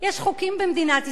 יש חוקים במדינת ישראל,